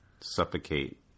suffocate